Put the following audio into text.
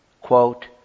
quote